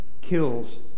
kills